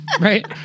right